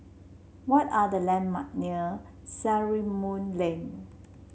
what are the landmark near Sarimbun Lane